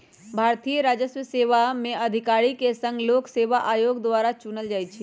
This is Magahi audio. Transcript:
भारतीय राजस्व सेवा में अधिकारि के संघ लोक सेवा आयोग द्वारा चुनल जाइ छइ